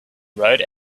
rode